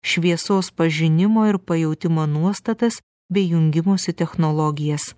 šviesos pažinimo ir pajautimo nuostatas bei jungimosi technologijas